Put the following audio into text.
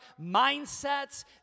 mindsets